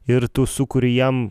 ir tu sukuri jam